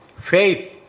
faith